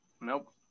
Nope